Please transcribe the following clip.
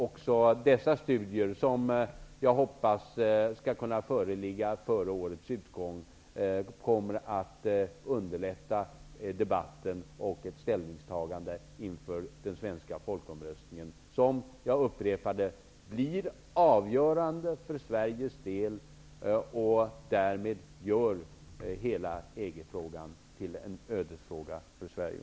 Också dessa studier, som jag hoppas skall kunna föreligga före årets utgång, kommer att underlätta debatten och ett ställningstagande inför den svenska folkomröstning som, jag upprepar detta, blir avgörande för Sveriges del. Därmed görs hela EG-frågan till en ödesfråga för Sverige.